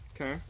Okay